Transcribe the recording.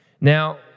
Now